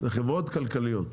זה חברות כלכליות.